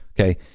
Okay